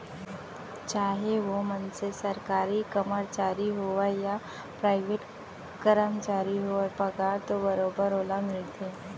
चाहे ओ मनसे सरकारी कमरचारी होवय या पराइवेट करमचारी होवय पगार तो बरोबर ओला मिलथे